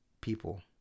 people